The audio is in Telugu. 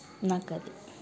నాకు అది